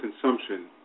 consumption